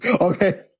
okay